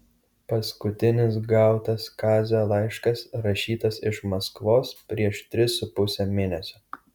paskutinis gautas kazio laiškas rašytas iš maskvos prieš tris su puse mėnesio